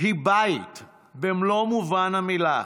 היא בית במלוא מובן המילה,